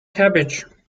cabbage